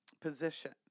position